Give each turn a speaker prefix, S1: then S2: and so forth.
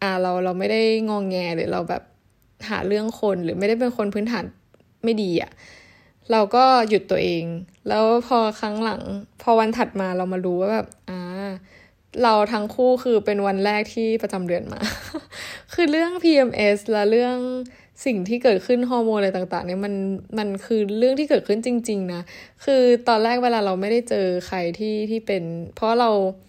S1: อ่ะ เรา- เราไม่ได้งอแง หรือเราแบบหาเรื่องคน หรือไม่ได้เป็นคนพื้นฐานไม่ดีอะ เราก็หยุดตัวเอง แล้วพอครั้งหลัง พอวันถัดมา เรามารู้ว่าแบบ อ่า เราทั้งคู่คือเป็นวันแรกที่ประจำเดือนมา คือเรื่อง PMS และเรื่องสิ่งที่เกิดขึ้น ฮอร์โมนอะไรต่างๆ เนี่ย มัน- มันคือเรื่องที่เกิดขึ้นจริงๆ นะ คือตอนแรกเวลาเราไม่ได้เจอใครที่- ที่เป็น เพราะเรา